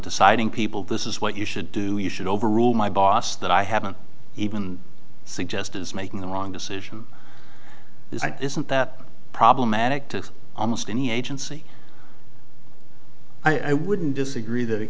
deciding people this is what you should do you should overrule my boss that i haven't even suggested as making the wrong decision this isn't that problematic to almost any agency i wouldn't disagree that it